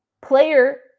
Player